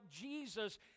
Jesus